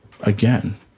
again